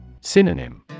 Synonym